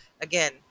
Again